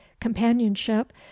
companionship